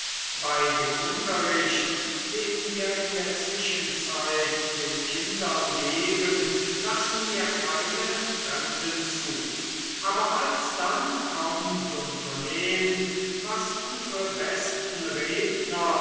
bei dem unterricht den wir in der zwischenzeit den kindern geben lassen wir keine fremden zu aber alsdann kommt und vernehmt was unsere besten redner